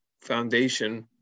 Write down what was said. foundation